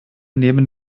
nehmen